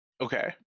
okay